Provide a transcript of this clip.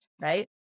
right